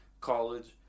college